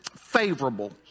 favorable